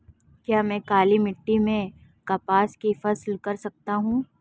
क्या मैं काली मिट्टी में कपास की फसल कर सकता हूँ?